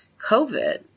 COVID